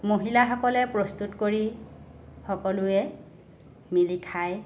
মহিলাসকলে প্ৰস্তুত কৰি সকলোৱে মিলি খায়